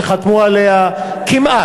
שחתמו עליה כמעט,